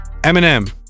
Eminem